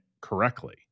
correctly